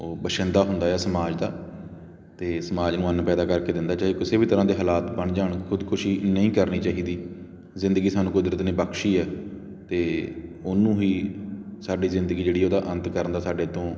ਉਹ ਬਛਿੰਦਾ ਹੁੰਦਾ ਆ ਸਮਾਜ ਦਾ ਅਤੇ ਸਮਾਜ ਨੂੰ ਅੰਨ ਪੈਦਾ ਕਰਕੇ ਦਿੰਦਾ ਚਾਹੇ ਕਿਸੇ ਵੀ ਤਰ੍ਹਾਂ ਦੇ ਹਾਲਾਤ ਬਣ ਜਾਣ ਖੁਦਕੁਸ਼ੀ ਨਹੀਂ ਕਰਨੀ ਚਾਹੀਦੀ ਜ਼ਿੰਦਗੀ ਸਾਨੂੰ ਕੁਦਰਤ ਨੇ ਬਖਸ਼ੀ ਹੈ ਅਤੇ ਉਹਨੂੰ ਹੀ ਸਾਡੀ ਜ਼ਿੰਦਗੀ ਜਿਹੜੀ ਉਹਦਾ ਅੰਤ ਕਰਨ ਦਾ ਸਾਡੇ ਤੋਂ